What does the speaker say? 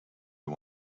you